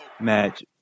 match